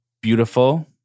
beautiful